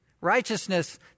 righteousness